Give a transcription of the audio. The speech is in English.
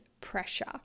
pressure